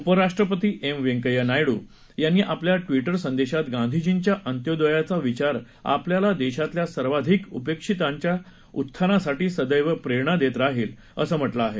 उपराष्ट्रपती एम व्यंकय्या नायड्र यांनी आपल्या ट्वीट संदेशात गांधीजींचा अंत्योदयाचा विचार आपल्याला देशातल्या सर्वाधिक उपेक्षितांच्या उत्थानासाठी सदैव प्रेरणा देत राहतील असं म्हटलं आहे